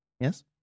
Yes